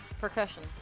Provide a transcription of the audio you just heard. Percussion